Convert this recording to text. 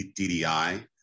DDI